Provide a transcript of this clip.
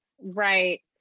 Right